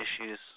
issues